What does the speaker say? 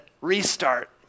restart